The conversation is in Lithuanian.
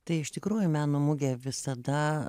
tai iš tikrųjų į meno mugę visada